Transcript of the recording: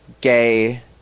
gay